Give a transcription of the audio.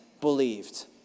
believed